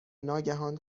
ناگهان